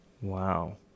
Wow